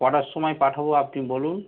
কটার সমায় পাঠাবো আপনি বলুন